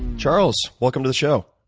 charles, welcome to the show.